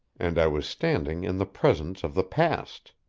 and i was standing in the presence of the past.